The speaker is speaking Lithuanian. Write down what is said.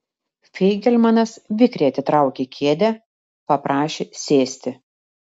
feigelmanas vikriai atitraukė kėdę paprašė sėsti